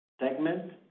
segment